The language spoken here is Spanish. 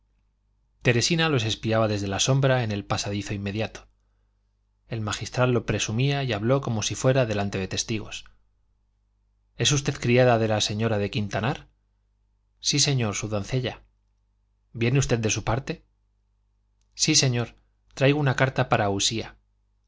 teresina los espiaba desde la sombra en el pasadizo inmediato el magistral lo presumía y habló como si fuera delante de testigos es usted criada de la señora de quintanar sí señor su doncella viene usted de su parte sí señor traigo una carta para usía